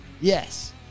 Yes